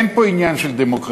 אין פה עניין של דמוקרטיה,